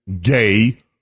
Gay